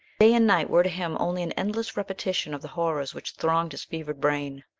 day and night were to him only an endless repetition of the horrors which thronged his fevered brain.